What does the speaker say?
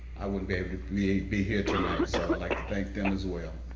i wouldn't be able to be be here tonight, so i'd like to thank them as well.